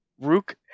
rook